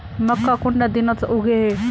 मक्का कुंडा दिनोत उगैहे?